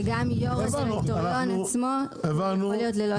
שגם יו"ר הדירקטוריון עצמו הוא לא יכול להיות -- אנחנו הבנו,